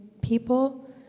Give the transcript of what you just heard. people